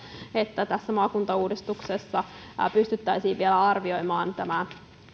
että tässä maakuntauudistuksessa pystyttäisiin vielä arvioimaan tämä